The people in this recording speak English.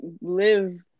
live